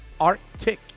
Arctic